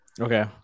okay